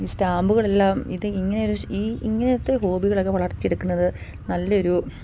ഈ സ്റ്റാമ്പുകളെല്ലാം ഇത് ഇങ്ങനെയൊരു ഈ ഇങ്ങനത്തെ ഹോബികളൊക്കെ വളർത്തിയെടുക്കുന്നത് നല്ലയൊരു